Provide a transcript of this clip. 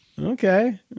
Okay